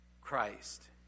Christ